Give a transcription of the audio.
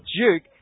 Duke